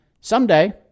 someday